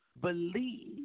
believe